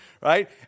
Right